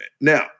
Now